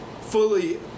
fully